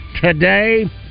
today